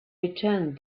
returned